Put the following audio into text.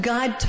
God